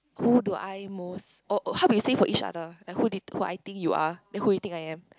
who do I most oh oh how we say it for each other like who did who I think you are and who you think I am